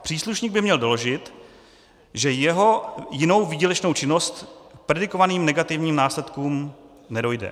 Příslušník by měl doložit, že jeho jinou výdělečnou činností k predikovaným negativním následkům nedojde.